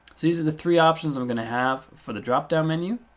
so these are the three options i'm going to have for the drop down menu.